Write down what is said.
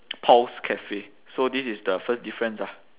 paul's cafe so this is the first difference ah